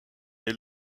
est